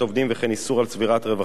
וכן איסור צבירת רווחים.